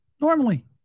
normally